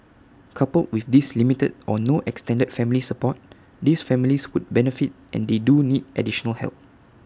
coupled with this limited or no extended family support these families would benefit and they do need additional help